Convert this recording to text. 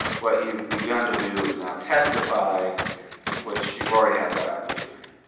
what you've begun to do is now testify which you've already had that opportunity.